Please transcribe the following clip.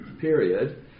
period